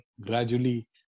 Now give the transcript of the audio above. gradually